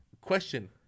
Question